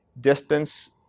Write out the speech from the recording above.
distance